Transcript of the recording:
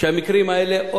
שהמקרים האלה,